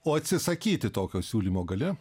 o atsisakyti tokio siūlymo gali